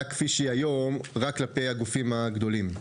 כפי שהיא היום רק כלפי הגופים הגדולים.